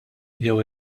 jew